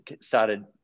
started